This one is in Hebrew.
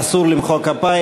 אסור למחוא כפיים.